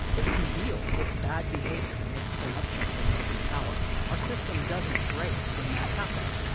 it can deal with bad behavior and with corruption from those in power. our system doesn't break when that happens.